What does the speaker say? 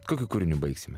kokiu kūriniu baigsime